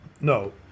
No